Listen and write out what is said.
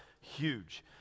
huge